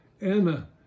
Anna